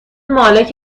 مالک